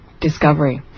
Discovery